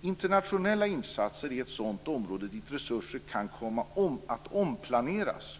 Internationella insatser är ett sådant område dit resurser kan komma att omplaneras.